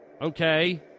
Okay